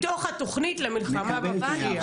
מתוך התכנית למלחמה בפשיעה.